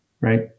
right